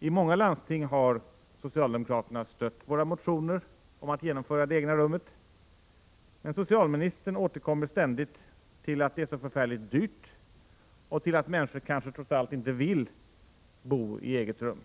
I många landsting har socialdemokraterna stött våra motioner om att genomföra ”det egna rummet” , men socialministern återkommer ständigt till att det är så förfärligt dyrt och att människor trots allt kanske inte vill bo i eget rum.